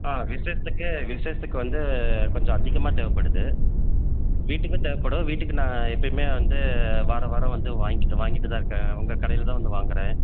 ஆ விசேஷத்துக்கு விசேஷத்துக்கு வந்து கொஞ்சம் அதிகமாக தேவைப்படுது வீட்டுக்கும் தேவைப்படும் வீட்டுக்கு நான் எப்போயுமே வந்து வாரம் வாரம் வந்து வாங்கிட்டு வாங்கிட்டு தான் இருக்கேன் உங்கக்கடையில்தான் வந்து வாங்குறேன்